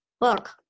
Look